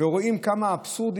ורואים כמה אבסורד,